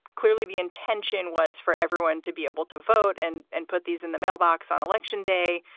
clearly, the intention was for everyone to be able to vote and and put these in the mailbox on election day.